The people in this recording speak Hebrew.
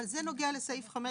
אבל זה נוגע לסעיף 5,